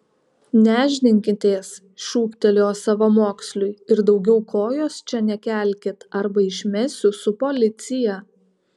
nešdinkitės šūktelėjo savamoksliui ir daugiau kojos čia nekelkit arba išmesiu su policija